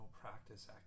practice